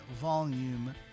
volume